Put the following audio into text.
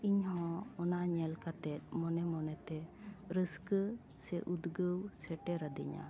ᱤᱧ ᱦᱚᱸ ᱚᱱᱟ ᱧᱮᱞ ᱠᱟᱛᱮ ᱢᱚᱱᱮ ᱢᱚᱱᱮ ᱛᱮ ᱨᱟᱹᱥᱠᱟᱹ ᱥᱮ ᱩᱫᱽᱜᱟᱹᱣ ᱥᱮᱴᱮᱨ ᱟᱹᱫᱤᱧᱟᱹ